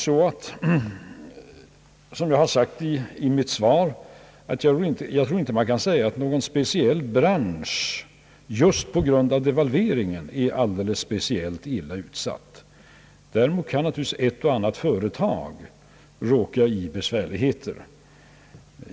Som jag anfört i mitt svar, kan det inte sägas att någon speciell bransch just på grund av devalveringen är särskilt illa utsatt. Däremot kan naturligtvis ett och annat företag råka i besvärligheter.